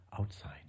outside